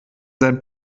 seinen